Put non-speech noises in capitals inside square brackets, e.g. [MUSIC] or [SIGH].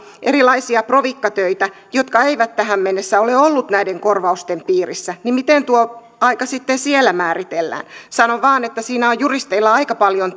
erilaisia prosenttipalkkaisia provikkatöitä jotka eivät tähän mennessä ole olleet näiden korvausten piirissä niin miten tuo aika sitten siellä määritellään sanon vaan että siinä on juristeilla aika paljon [UNINTELLIGIBLE]